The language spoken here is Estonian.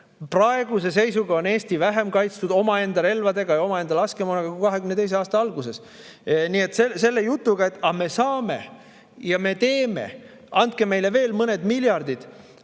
Praeguse seisuga on Eesti vähem kaitstud omaenda relvadega ja omaenda laskemoonaga kui 2022. aasta alguses. Selle jutuga, et me saame ja me teeme, andke meile veel mõned miljardid,